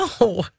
No